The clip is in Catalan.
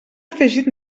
afegit